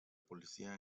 policía